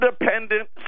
independent